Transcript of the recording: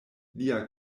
lia